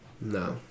No